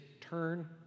turn